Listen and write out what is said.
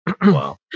Wow